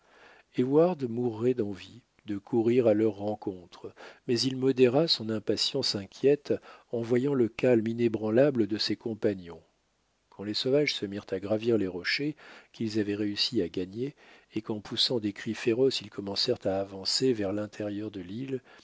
voisins heyward mourait d'envie de courir à leur rencontre mais il modéra son impatience inquiète en voyant le calme inébranlable de ses compagnons quand les sauvages se mirent à gravir les rochers qu'ils avaient réussi à gagner et qu'en poussant des cris féroces ils commencèrent à avancer vers l'intérieur de l'île